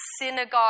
synagogue